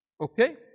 Okay